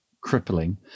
crippling